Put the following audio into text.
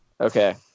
Okay